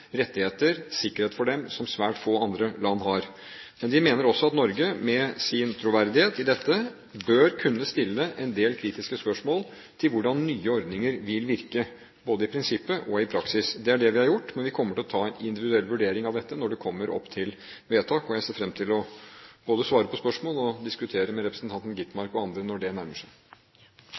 rettigheter og en sikkerhet for dem som svært få andre land har. Men vi mener også at Norge, med sin troverdighet i dette, bør kunne stille en del kritiske spørsmål til hvordan nye ordninger vil virke, både i prinsippet og i praksis. Det er det vi har gjort, men vi kommer til å ta en individuell vurdering av dette når det kommer opp til vedtak. Jeg ser fram til både å svare på spørsmål og å diskutere med representanten Skovholt Gitmark og andre når det nærmer seg.